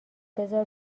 بزار